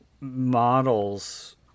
models